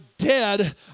dead